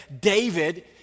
David